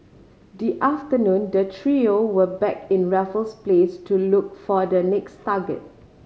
the afternoon the trio were back in Raffles Place to look for the next target